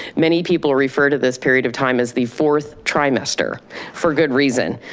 many people refer to this period of time as the fourth trimester for good reason.